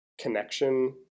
connection